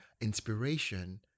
inspiration